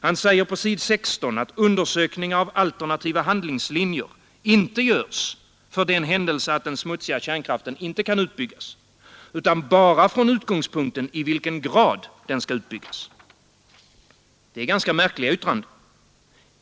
Han säger också att undersökningar av alternativa handlingslinjer inte görs för den händelse att den smutsiga kärnkraften inte kan utbyggas, utan bara från utgångspunkten i vilken grad den skall utbyggas. Det är ganska märkliga yttranden.